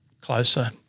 closer